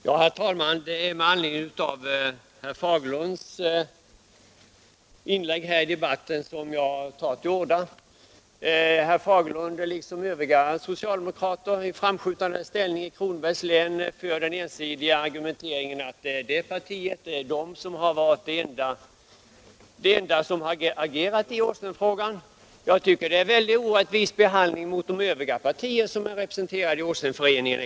Herr talman! Det är med anledning av herr Fagerlunds inlägg i debatten som jag nu tar till orda. Herr Fagerlund liksom övriga socialdemokrater i framskjuten ställning i Kronobergs län för den ensidiga argumenteringen att deras parti är det enda som har agerat i frågan om sjön Åsnen. Jag tycker det är en orättvis behandling mot de övriga partier som är representerade i Åsnenföreningen.